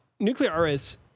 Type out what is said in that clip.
Nuclearis